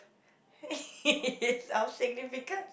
it's our significance